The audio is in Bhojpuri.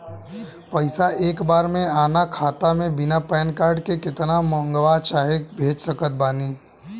पैसा एक बार मे आना खाता मे बिना पैन कार्ड के केतना मँगवा चाहे भेज सकत बानी?